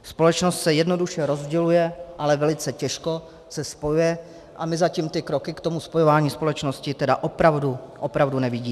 Společnost se jednoduše rozděluje, ale velice těžce se spojuje a my zatím ty kroky k tomu spojování společnosti tedy opravdu, opravdu nevidíme.